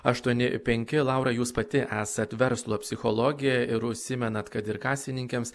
aštuoni penki laura jūs pati esat verslo psichologė ir užsimenat kad ir kasininkėms